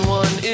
one